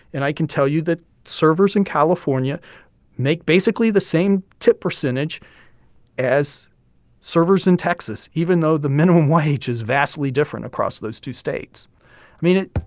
and i can tell you that servers in california make, basically, the same tip percentage as servers in texas, even though the minimum wage is vastly different across those two states. i mean, it